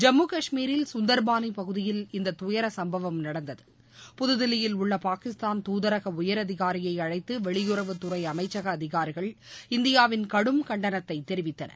ஜம்மு காஷ்மீரில் சுந்தர்பானி பகுதியில் இந்த துயர சுப்பவம் நடந்தது புதுதில்லியில் உள்ள பாகிஸ்தான் துதரக உயரதிகாரியை அழழத்து வெளியுறவுத்துறை அமைச்சக அதிகாரிகள் இந்தியாவின் கடும் கண்டனத்தை தெரிவித்தனர்